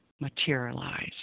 materialize